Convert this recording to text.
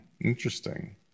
interesting